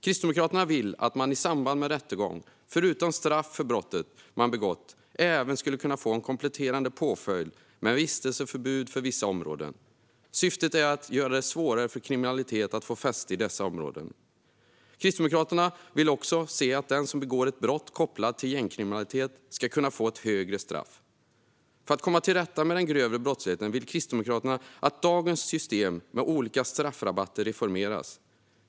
Kristdemokraterna vill att man i samband med rättegång förutom straff för brottet man begått även skulle kunna få en kompletterande påföljd med vistelseförbud för vissa områden. Syftet är att göra det svårare för kriminalitet att få fäste i dessa områden. Kristdemokraterna vill också att den som begår ett brott kopplat till gängkriminalitet ska kunna få ett högre straff. För att komma till rätta med den grövre brottsligheten vill Kristdemokraterna att dagens system med olika straffrabatter reformeras.